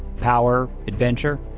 power, adventure.